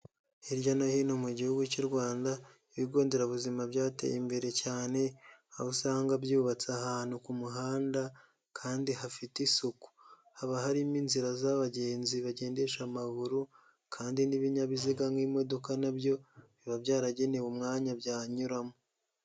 Hirya no hino mu gihugu cy'u Rwanda, ibigo nderabuzima byateye imbere cyane, aho usanga byubatse ahantu ku muhanda kandi hafite isuku. Haba harimo inzira z'abagenzi bagendesha amaguru kandi n'ibinyabiziga nk'imodoka nabyo biba byaragenewe umwanya byanyuramo.